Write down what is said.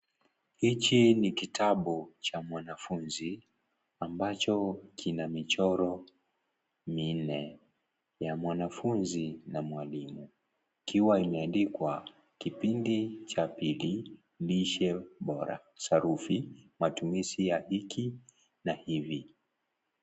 Hiki ni kitabu cha mwanafunzi ambacho kina michoro minne ya mwanafunzi na mwalimu ikiwa imeandikwa kipindi cha pili lishe bora sarufi matumizi ya hiki na hivi.